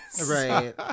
Right